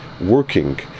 working